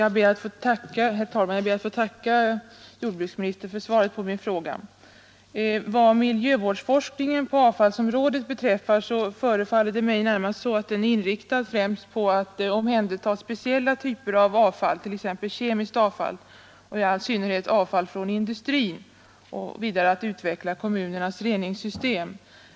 Herr talman! Jag ber att få tacka jordbruksministern för svaret på min fråga. Vad miljövårdsforskningen på avfallsområdet beträffar förefaller den främst vara inriktad på att omhänderta speciella typer av avfall, t.ex. kemiskt avfall, och då i all synnerhet avfall från industrin, och vidare att utveckla kommunernas reningssystem.